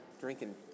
drinking